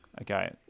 Okay